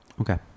Okay